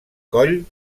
coll